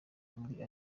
muri